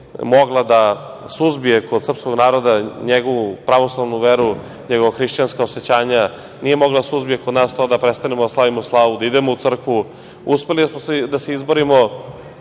mogla da suzbije kod srpskog naroda njegovu pravoslavnu veru, njegova hrišćanska osećanja, nije mogla da suzbije kod nas to da prestanemo da slavimo slavu, da idemo u crkvu. Uspeli smo da se izborimo